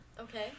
okay